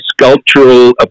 sculptural